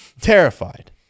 Terrified